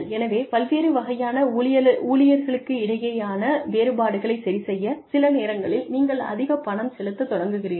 எனவே பல்வேறு வகையான ஊழியர்களுக்கிடையிலான வேறுபாடுகளை சரிசெய்ய சில நேரங்களில் நீங்கள் அதிகப் பணம் செலுத்தத் தொடங்குகிறீர்கள்